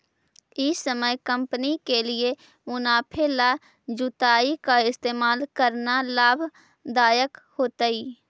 ई समय कंपनी के लिए मुनाफे ला जुताई का इस्तेमाल करना लाभ दायक होतई